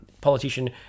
politician